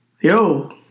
Yo